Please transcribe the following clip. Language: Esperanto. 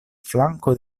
flanko